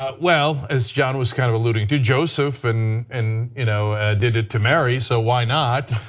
ah well, as john was kind of alluding to, joseph and and you know did it to mary so why not?